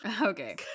Okay